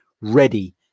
ready